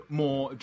more